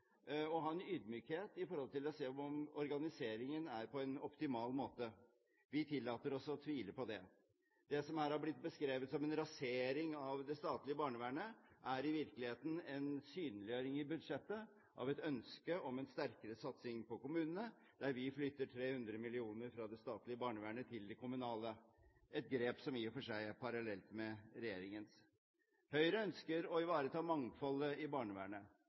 å ha en ydmykhet i forhold til å se om organiseringen er optimal. Vi tillater oss å tvile på det. Det som her har blitt beskrevet som en rasering av det statlige barnevernet, er i virkeligheten en synliggjøring i budsjettet av et ønske om en sterkere satsing på kommunene ved at vi flytter 300 mill. kr fra det statlige barnevernet til det kommunale, et grep som i og for seg er parallelt med regjeringens. Høyre ønsker å ivareta mangfoldet i barnevernet.